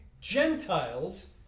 Gentiles